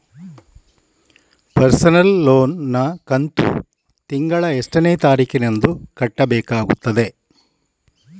Personal loan ನ ಕಂತು ತಿಂಗಳ ಎಷ್ಟೇ ತಾರೀಕಿನಂದು ಕಟ್ಟಬೇಕಾಗುತ್ತದೆ?